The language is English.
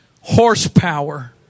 horsepower